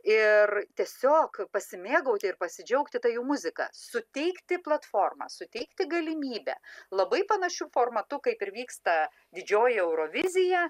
ir tiesiog pasimėgauti ir pasidžiaugti ta jų muzika suteikti platformą suteikti galimybę labai panašiu formatu kaip ir vyksta didžioji eurovizija